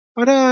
Para